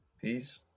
peace